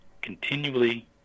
continually